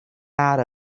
out